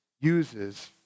uses